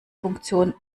funktion